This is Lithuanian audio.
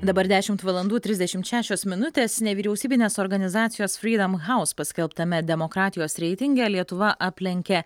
dabar dešimt valandų trisdešimt šešios minutės nevyriausybinės organizacijos fridam haus paskelbtame demokratijos reitinge lietuva aplenkė